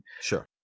sure